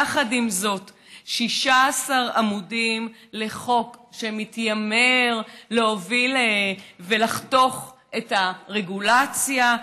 16 עמודים לחוק שמתיימר להוביל ולחתוך את הרגולציה,